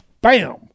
Bam